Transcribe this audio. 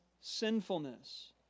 sinfulness